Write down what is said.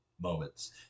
moments